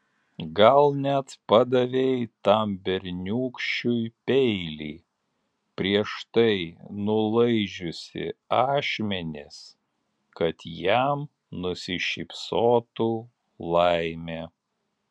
gal net padavei tam berniūkščiui peilį prieš tai nulaižiusi ašmenis kad jam nusišypsotų laimė